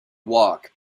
walk